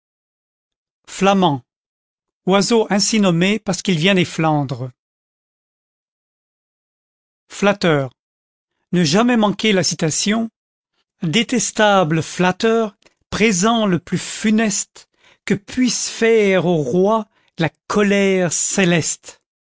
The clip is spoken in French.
oiseau ainsi nommé parce qu'il vient des flandres flatteur ne jamais manquer la citation détestables flatteurs présent le plus funeste que puisse faire aux rois la colère céleste